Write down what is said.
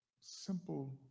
simple